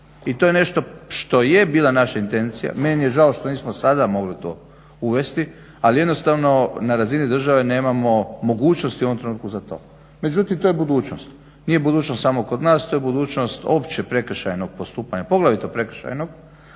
I to je nešto što je bila naša intencija. Meni je žao što nismo mogli sada to uvesti ali jednostavno na razini nemamo mogućnosti u ovom trenutku za to. međutim to je budućnost. Nije budućnost samo kod nas, to je budućnost opće prekršajnog postupanja poglavito prekršajnog